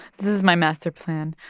this is my master plan